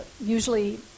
usually